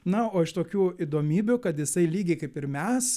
na o iš tokių įdomybių kad jisai lygiai kaip ir mes